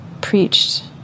preached